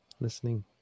listening